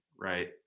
right